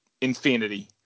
Infinity